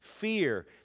Fear